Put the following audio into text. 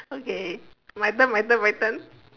okay my turn my turn my turn